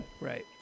right